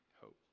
hope